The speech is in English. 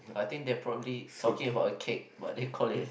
I think they probably talking about a cake but they called it